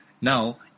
Now